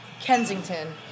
Kensington